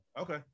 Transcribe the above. Okay